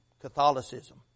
Catholicism